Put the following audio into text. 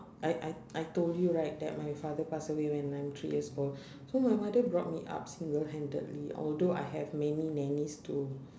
I I I told your right that my father pass away when I'm three years old so my mother brought me up single handedly although I have many nannies to